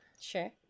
Sure